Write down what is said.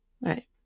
right